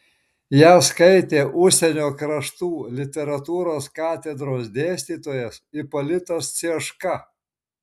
ją skaitė užsienio kraštų literatūros katedros dėstytojas ipolitas cieška